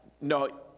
No